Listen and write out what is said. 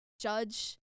judge